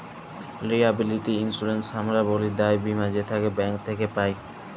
liability insurance হামরা ব্যলি দায় বীমা যেটাকে ব্যাঙ্ক থক্যে পাই